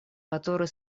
которые